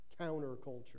counterculture